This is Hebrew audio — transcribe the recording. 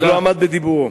אך לא עמד בדיבורו.